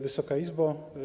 Wysoka Izbo!